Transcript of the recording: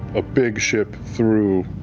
a big ship, through,